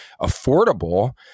affordable